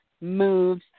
moves